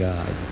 God